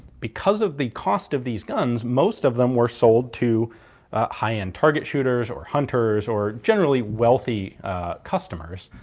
because of the cost of these guns, most of them were sold to high-end target shooters, or hunters, or generally wealthy customers.